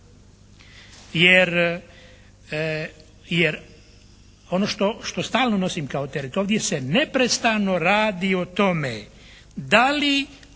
Jer, ono što stalno nosim kao teret ovdje se neprestano radi o tome da li